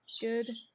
good